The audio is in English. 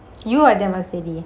you are damn unsteady